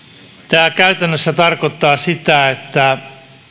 tämä käytännössä tarkoittaa sitä että